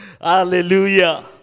Hallelujah